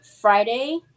Friday